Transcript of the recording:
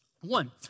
One